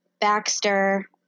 Baxter